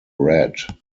read